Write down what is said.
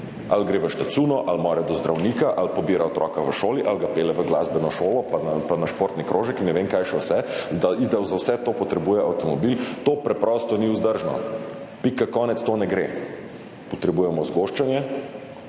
ali gre v štacuno, ali more do zdravnika, ali pobira otroka v šoli, ali ga pelje v glasbeno šolo, na športni krožek in ne vem kaj še vse, da za vse to potrebuje avtomobil. To preprosto ni vzdržno, pika, konec, to ne gre. Potrebujemo zgoščanje